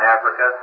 Africa